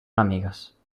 enemigues